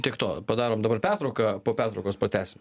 tiek to padarom dabar pertrauką po pertraukos pratęsim